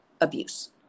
abuse